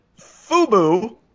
Fubu